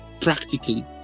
practically